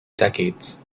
decades